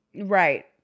Right